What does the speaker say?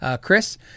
Chris